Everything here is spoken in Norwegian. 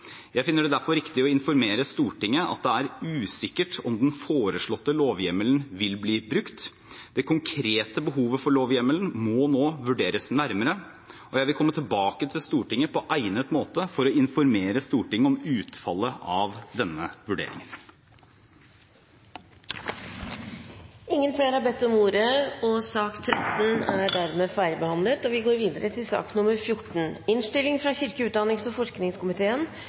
Jeg finner det derfor riktig å informere Stortinget om at det er usikkert om den foreslåtte lovhjemmelen vil bli brukt. Det konkrete behovet for lovhjemmelen må nå vurderes nærmere, og jeg vil komme tilbake til Stortinget på egnet måte for å informere Stortinget om utfallet av denne vurderingen. Flere har ikke bedt om ordet til sak nr. 13. Etter ønske fra kirke-, utdannings- og forskningskomiteen vil presidenten foreslå at taletiden blir begrenset til 5 minutter til hver partigruppe og